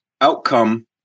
outcome